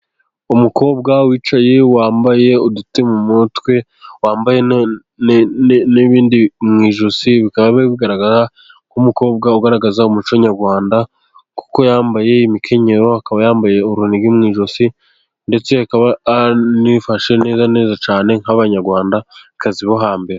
Umukobwa wicaye, wambaye uduti mu mutwe, wambaye n'bindi mu ijosi, bikaba bigaragara nk'umukobwa ugaragaza umuco nyarwanda kuko yambaye imikenyero, akaba yambaye urunigi mu ijosi ndetse akaba anifashe neza neza cyane nk'Abanyarwandakazi bo hambere.